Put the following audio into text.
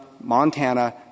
Montana